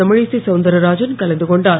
தமிழிசை சவுந்தர்ராஜன் கலந்து கொண்டார்